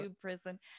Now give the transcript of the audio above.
prison